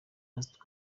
pastor